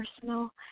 personal